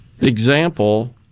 example